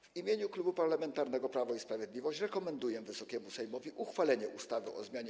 W imieniu Klubu Parlamentarnego Prawo i Sprawiedliwość rekomenduję Wysokiemu Sejmowi uchwalenie ustawy o zmianie